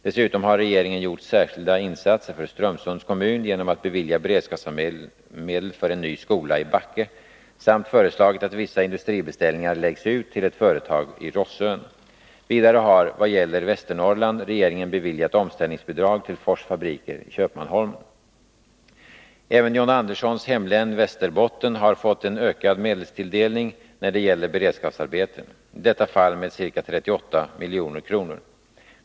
Dessutom har regeringen gjort särskilda insatser för Strömsunds kommun genom att bevilja beredskapsmedel för en ny skola i Backe samt föreslagit att vissa industribeställningar läggs ut till ett företag i Rossön. Vidare har, vad gäller Västernorrland, regeringen beviljat omställningsbidrag till Fors Fabriker i Köpmanholmen. Även John Anderssons hemlän Västerbotten har fått en ökad medelstilldelning när det gäller beredskapsarbeten, i detta fall med ca 38 milj.kr.